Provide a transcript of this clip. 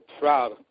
proud